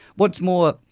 what's more,